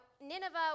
Nineveh